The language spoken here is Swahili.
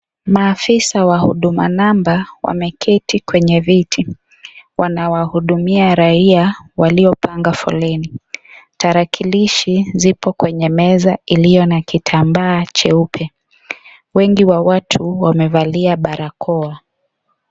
Maafisa wa huduma namba wameketi kwenye viti, wanawahudumia raia waliopangwa foleni tarakilishi zipo kwenye meza iliyo na kitambaa cheupe wengi wa watu wamevalia barakoa.